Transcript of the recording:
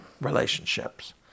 relationships